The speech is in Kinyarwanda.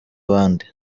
abandi